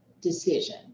decision